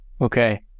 Okay